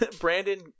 Brandon